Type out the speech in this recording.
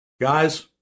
Guys